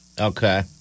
Okay